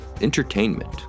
entertainment